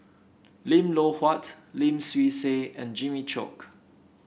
Lim Loh Huat Lim Swee Say and Jimmy Chok